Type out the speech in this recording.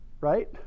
right